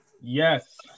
Yes